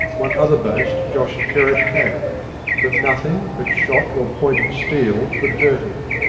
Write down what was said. one other boast josh parrot had that nothing but shot or pointed steel could hurt him.